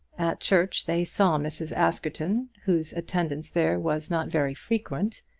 at church they saw mrs. askerton, whose attendance there was not very frequent.